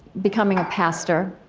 becoming a pastor,